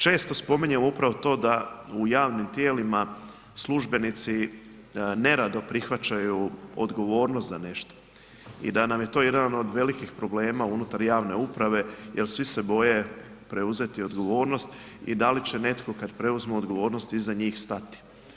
Često spominjem upravo to da u javnim tijelima službenici neradno prihvaćaju odgovornost za nešto i da nam je to jedan od velikih problema unutar javne uprave jer svi se boje preuzeti odgovornost i da li će netko, kad preuzmu odgovornost iza njih stati.